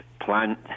plant